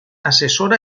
assessora